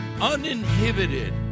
uninhibited